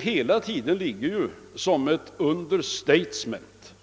Hela tiden är det emellertid underförstått